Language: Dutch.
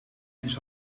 eens